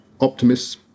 optimists